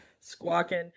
Squawking